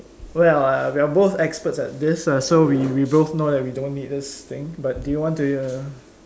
well ah we are both experts at this so we we both know we don't need this thing but do you want to uh